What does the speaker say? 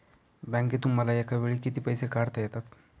बँकेतून मला एकावेळी किती पैसे काढता येतात?